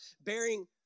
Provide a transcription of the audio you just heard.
bearing